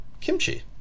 kimchi